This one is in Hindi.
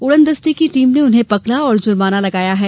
उड़न दस्ते की टीम ने उन्हें पकड़ा और जुर्माना किया है